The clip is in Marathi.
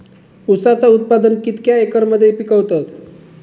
ऊसाचा उत्पादन कितक्या एकर मध्ये पिकवतत?